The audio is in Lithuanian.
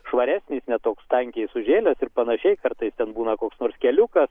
švaresnis ne toks tankiai sužėlęs ir panašiai kartais ten būna koks nors keliukas